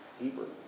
Hebrew